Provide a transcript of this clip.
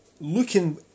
looking